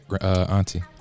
auntie